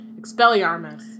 Expelliarmus